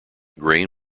grain